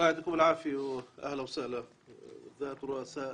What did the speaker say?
האמת היא,